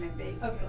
Okay